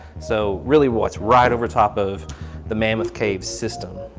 so really what's right over top of the mammoth cave system,